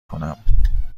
کنم